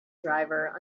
driver